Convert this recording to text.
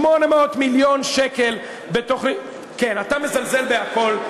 800 מיליון שקל בתוכנית כן, אתה מזלזל בכול.